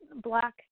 black